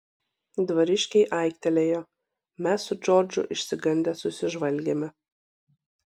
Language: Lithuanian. dvariškiai aiktelėjo mes su džordžu išsigandę susižvalgėme